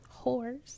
whores